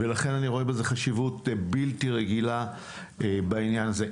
ולכן אני רואה בזה חשיבות בלתי רגילה בעניין הזה.